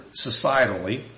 societally